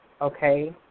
okay